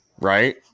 right